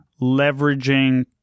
leveraging